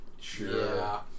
Sure